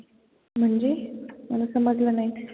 म्हणजे मला समजलं नाही